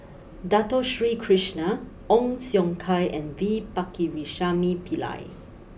Dato Sri Krishna Ong Siong Kai and V Pakirisamy Pillai